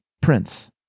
prince